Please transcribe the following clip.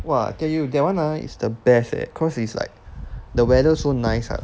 !wah! tell you that one ah is the best eh cause it's like he weather so nice ah